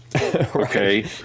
okay